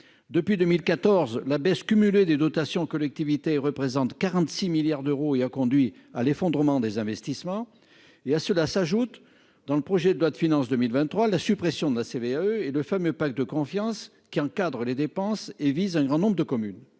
depuis 2014, la baisse cumulée des dotations aux collectivités représente 46 milliards d'euros, ce qui a conduit à l'effondrement des investissements. À cela s'ajoutent, dans le projet de loi de finances pour 2023, la suppression de la CVAE et le fameux pacte de confiance, lequel encadre les dépenses d'un grand nombre de communes.